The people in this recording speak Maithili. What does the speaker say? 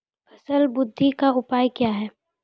फसल बृद्धि का उपाय क्या हैं?